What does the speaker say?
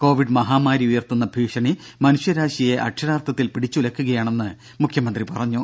Covid മഹാമാരി ഉയർത്തുന്ന ഭീഷണി മനുഷ്യരാശിയെ അക്ഷരാർത്ഥത്തിൽ പിടിച്ചുലയ്ക്കുകയാണെന്ന് മുഖ്യമന്ത്രി പറഞ്ഞു